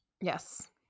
Yes